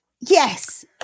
Yes